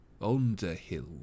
Underhill